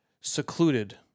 secluded